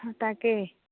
তাকেই